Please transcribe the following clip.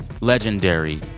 legendary